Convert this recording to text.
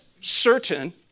certain